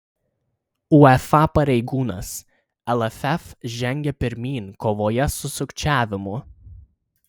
uefa pareigūnas lff žengia pirmyn kovoje su sukčiavimu